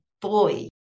boy